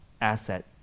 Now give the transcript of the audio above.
asset